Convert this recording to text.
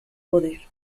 poder